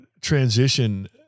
transition